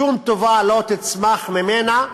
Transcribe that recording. שום טובה לא תצמח ממנה.